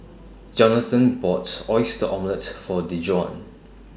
Jonathan bought Oyster Omelette For Dejuan